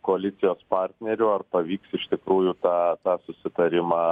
koalicijos partnerių ar pavyks iš tikrųjų tą tą susitarimą